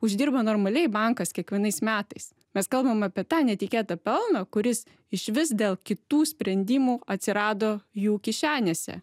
uždirba normaliai bankas kiekvienais metais mes kalbam apie tą netikėtą pelną kuris išvis dėl kitų sprendimų atsirado jų kišenėse